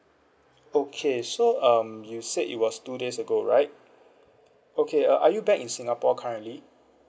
okay so um you said it was two days ago right okay uh are you back in singapore currently